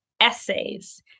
essays